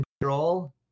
control